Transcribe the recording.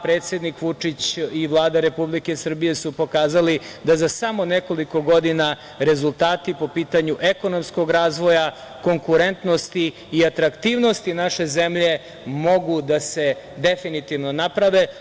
Predsednik Vučić i Vlada Republike Srbije su pokazali da za samo nekoliko godina rezultati po pitanju ekonomskog razvoja, konkurentnosti i atraktivnosti naše zemlje mogu da se definitivno naprave.